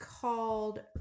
called